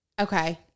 okay